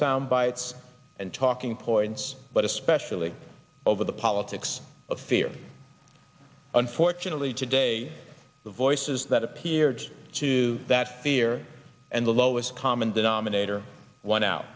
sound bites and talking points but especially over the politics of fear unfortunately today the voices that appeared to that fear and the lowest common denominator one out